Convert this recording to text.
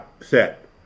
set